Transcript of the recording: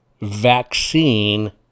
vaccine